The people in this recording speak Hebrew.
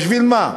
בשביל מה?